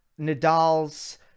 Nadal's